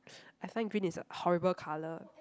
I find green is a horrible colour